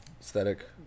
aesthetic